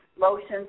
lotions